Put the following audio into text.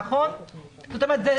זאת אומרת,